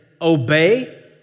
obey